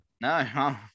No